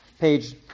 page